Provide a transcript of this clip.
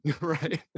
right